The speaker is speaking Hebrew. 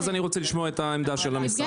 ואז אני רוצה לשמוע את העמדה של המשרד.